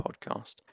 Podcast